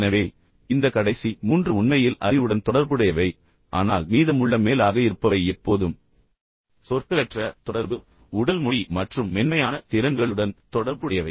எனவே இந்த கடைசி 3 உண்மையில் அறிவுடன் தொடர்புடையவை ஆனால் மீதமுள்ள மேலாக இருப்பவை எப்போதும் சொற்களற்ற தொடர்பு உடல் மொழி மற்றும் மென்மையான திறன்களுடன் தொடர்புடையவை